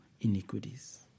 iniquities